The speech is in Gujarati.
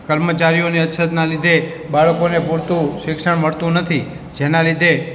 કર્મચારીઓની અછતના લીધે બાળકોને પૂરતું શિક્ષણ મળતું નથી જેના લીધે